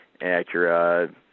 Acura